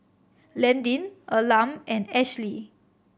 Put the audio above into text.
Landyn Elam and Ashlea